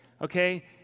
okay